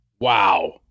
Wow